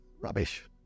Rubbish